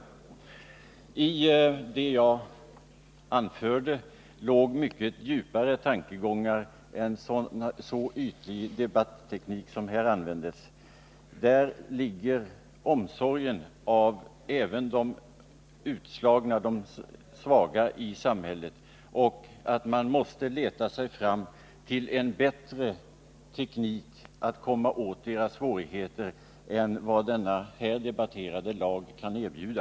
Bakom det som jag anförde låg mycket djupare tankegångar — en omsorg om de utslagna och de svaga i samhället, en önskan att vi skall kunna söka oss fram till en bättre teknik för att komma till rätta med deras svårigheter än vad den här debatterade lagen kan erbjuda.